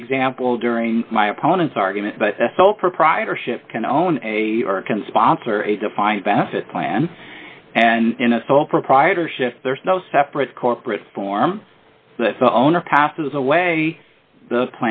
the example during my opponent's argument but a sole proprietorship can own a can sponsor a defined benefit plan and in a sole proprietorship there is no separate corporate form that the owner passes away the